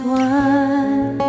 one